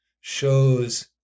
shows